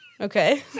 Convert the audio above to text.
Okay